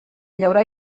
llaurar